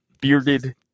bearded